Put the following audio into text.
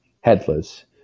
headless